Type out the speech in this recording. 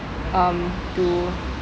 um to